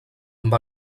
amb